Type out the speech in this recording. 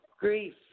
Grief